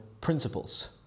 principles